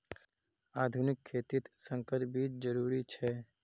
आधुनिक खेतित संकर बीज जरुरी छे